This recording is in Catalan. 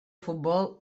futbol